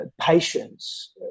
patience